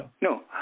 No